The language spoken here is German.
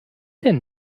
denn